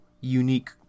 unique